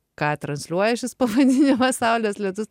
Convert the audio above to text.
ką transliuoja šis pavadinimas saulės lietus